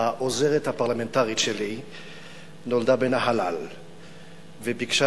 העוזרת הפרלמנטרית שלי נולדה בנהלל וביקשה